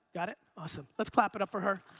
got it? awesome, let's clap it up for her.